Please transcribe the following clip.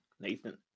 Nathan